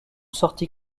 sortie